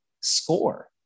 score